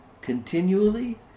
continually